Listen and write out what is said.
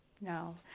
no